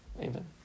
Amen